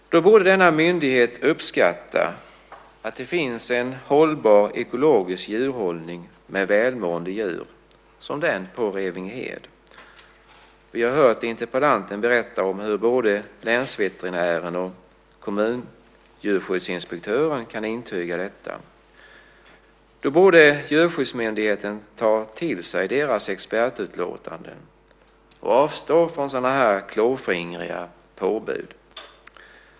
Därför borde denna myndighet uppskatta att det finns en hållbar ekologisk djurhållning med välmående djur som den på Revingehed. Vi har hört interpellanten berätta om hur både länsveterinären och kommunens djurskyddsinspektör kan intyga detta. Djurskyddsmyndigheten borde ta till sig deras expertutlåtande och avstå från sådana här klåfingriga påbud.